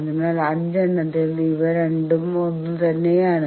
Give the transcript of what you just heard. അതിനാൽ അഞ്ചെണ്ണത്തിൽ ഇവ രണ്ടും ഒന്നുതന്നെയാണ്